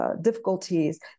difficulties